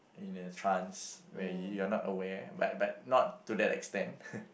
in a trance where you are not aware but but not to that extent